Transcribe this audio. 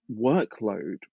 workload